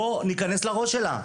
בוא ניכנס לראש שלה.